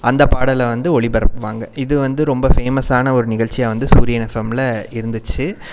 அந்த பாடலை வந்து ஒளிபரப்புவாங்க இது வந்து ரொம்ப ஃபேமஸான ஒரு நிகழ்ச்சியாக வந்து சூரியன் எஃப்எம்ல இருந்துச்சு